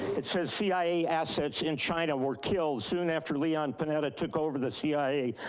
it says cia assets in china were killed soon after leon penetta took over the cia,